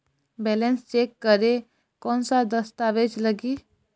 Balance check करें कोन सा दस्तावेज लगी?